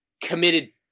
committed